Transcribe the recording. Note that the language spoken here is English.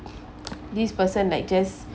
this person like just